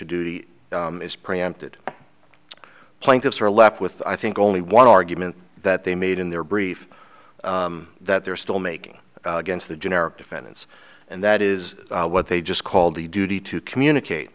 a duty is preempted plaintiffs are left with i think only one argument that they made in their brief that they're still making against the generic defendants and that is what they just called the duty to communicate